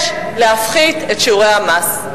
יש להפחית את שיעורי המס.